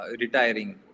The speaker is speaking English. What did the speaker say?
retiring